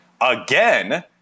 again